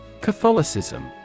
Catholicism